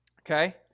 Okay